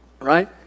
right